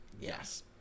Yes